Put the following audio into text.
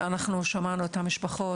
שמענו את המשפחות.